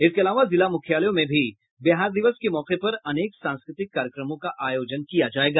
इसके अलावा जिला मुख्यालयों में भी बिहार दिवस के मौके पर अनेक सांस्कृतिक कार्यक्रमों का आयोजन किया जायेगा